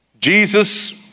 Jesus